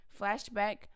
Flashback